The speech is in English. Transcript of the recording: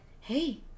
hey